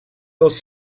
dels